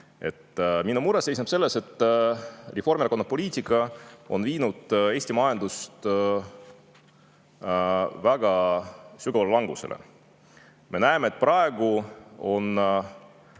Minu mure seisneb selles, et Reformierakonna poliitika on viinud Eesti majanduse väga sügavale langusele. Me näeme, et praegu on